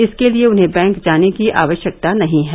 इसके लिए उन्हें बैंक जाने की आवश्यकता नहीं है